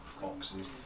boxes